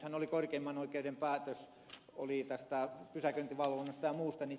nythän oli korkeimman oikeuden päätös pysäköinnin valvonnasta ja muusta